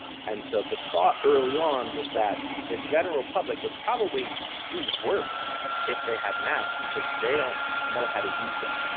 and so the thought early on was that the general public would probably do worse if they had masks because they don't know how to use it.